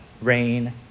rain